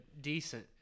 decent